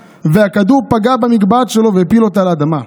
והכדור פגע במגבעת שלו והפיל אותה לאדמה,